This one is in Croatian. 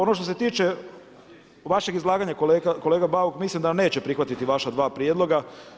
Ono što se tiče vašeg izlaganja, kolega Bauk, mislim da vam neće prihvatiti vaša dva prijedloga.